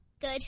Good